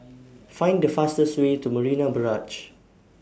Find The fastest Way to Marina Barrage